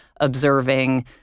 observing